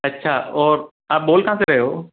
अच्छा और आप बोल कहाँ से रहे हो